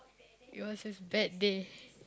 it was his bad day